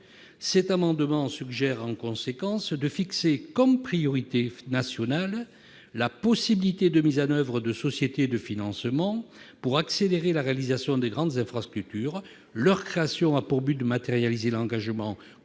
Cet amendement vise en conséquence à fixer comme priorité nationale la possibilité de mise en oeuvre de sociétés de financement pour accélérer la réalisation de grandes infrastructures. Leur création a pour but de matérialiser l'engagement commun